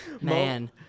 Man